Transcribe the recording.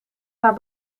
haar